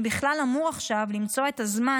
אני בכלל אמור עכשיו למצוא את הזמן